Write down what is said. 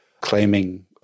claiming